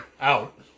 out